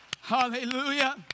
Hallelujah